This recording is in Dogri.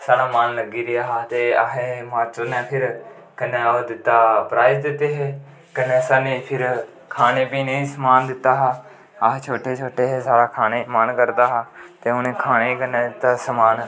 साढ़ा मन लग्गी रेहा हा ते असें माश्टर होरें फिर कन्नै ओह् दित्ता प्राईज़ दित्ते हे कन्नै सानूं पिर खाने पीने गी समान दित्ता हा अस छोटे छोटे हे साढ़ा खाने गी मन करदा हा ते उ'नें खाने गी कन्नै दित्ता समान